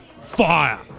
fire